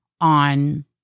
on